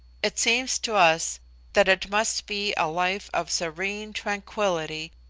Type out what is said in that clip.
it seems to us that it must be a life of serene tranquility,